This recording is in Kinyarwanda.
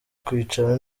kwicara